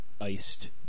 iced